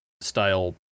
style